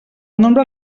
nombre